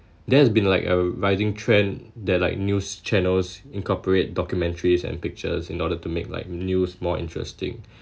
there has been like a rising trend that like news channels incorporate documentaries and pictures in order to make like news more interesting